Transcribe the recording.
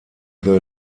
the